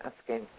asking